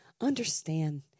Understand